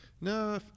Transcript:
No